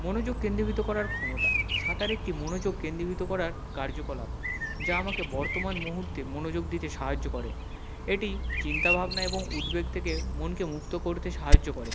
মনোযোগ কেন্দ্রীভূত করার ক্ষমতা সাঁতার একটি মনোযোগ কেন্দ্রীভূত করার কার্যকলাপ যা আমাকে বর্তমান মুহুর্তে মনোযোগ দিতে সাহায্য করে এটি চিন্তা ভাবনা এবং উদ্বেগ থেকে মনকে মুক্ত করতে সাহায্য করে